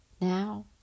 Now